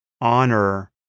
honor